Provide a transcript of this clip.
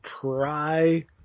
try